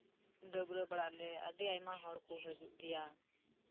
ᱰᱟᱹᱵᱨᱟᱹ ᱵᱟᱲᱟ ᱟᱞᱮ ᱟᱹᱰᱤ ᱟᱭᱢᱟ ᱦᱚᱲ ᱠᱚ ᱦᱤᱡᱩᱜ ᱜᱮᱭᱟ